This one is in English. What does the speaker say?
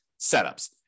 setups